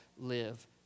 live